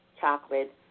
chocolate